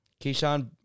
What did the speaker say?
Keyshawn